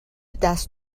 دست